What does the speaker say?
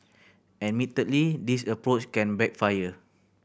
admittedly this approach can backfire